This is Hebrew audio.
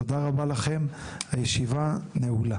תודה רבה לכם, הישיבה נעולה.